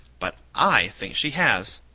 but i think she has.